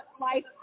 life